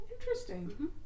Interesting